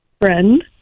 Friend